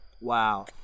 Wow